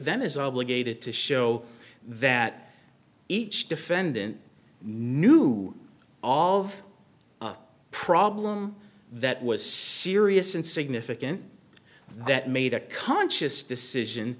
obligated to show that each defendant knew all of the problem that was serious and significant that made a conscious decision